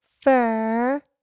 fur